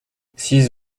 six